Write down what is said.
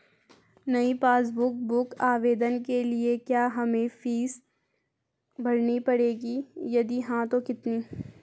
नयी passbook book आवेदन के लिए क्या हमें फीस भरनी पड़ेगी यदि हाँ तो कितनी?